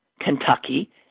Kentucky